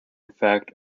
fact